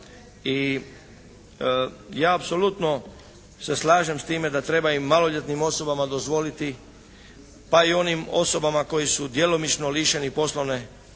I ja apsolutno se slažem s time da treba i maloljetnim osobama dozvoliti, pa i onim osobama koje su djelomično lišeni poslovne sposobnosti